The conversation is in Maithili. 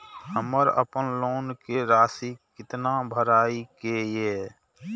हमर अपन लोन के राशि कितना भराई के ये?